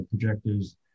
projectors